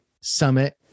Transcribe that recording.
Summit